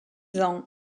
ans